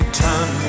turn